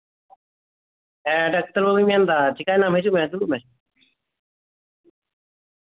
ᱦᱮᱸ ᱰᱟᱠᱴᱟᱨ ᱵᱟᱹᱵᱩᱧ ᱢᱮᱱᱮᱫᱟ ᱪᱮᱠᱟᱭᱱᱟᱢ ᱦᱤᱡᱩᱜ ᱢᱮ ᱫᱩᱲᱩᱵ ᱢᱮ